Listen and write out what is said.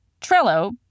Trello